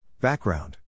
Background